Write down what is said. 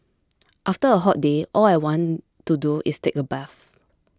after a hot day all I want to do is take a bath